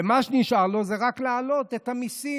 ומה שנשאר לו זה רק להעלות את המיסים.